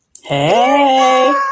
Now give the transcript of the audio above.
Hey